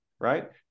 Right